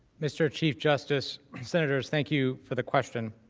mr. chief justice centers thank you for the question